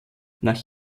nach